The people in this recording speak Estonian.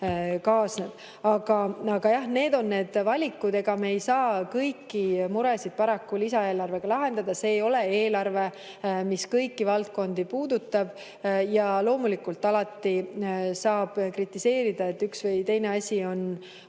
jah, need on need valikud. Ega me ei saa kõiki muresid paraku lisaeelarvega lahendada. See ei ole eelarve, mis kõiki valdkondi puudutab. Loomulikult, alati saab kritiseerida, et üks või teine asi on vähe,